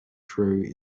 true